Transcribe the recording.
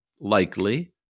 likely